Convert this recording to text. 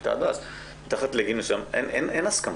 מתחת לגיל מסוים אין הסכמה.